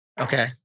Okay